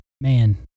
man